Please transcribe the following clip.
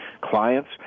clients